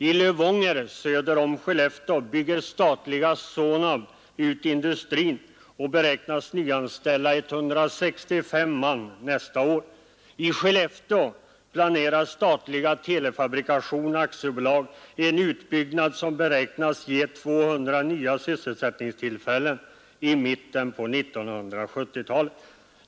I Lövånger, söder om Skellefteå, bygger det statliga SONAB ut industrin och beräknas nyanställa 165 man nästa år. I Skellefteå planerar det statliga Telefabrikation AB en utbyggnad, som beräknas ge 200 nya sysselsättningstillfällen i mitten på 1970-talet.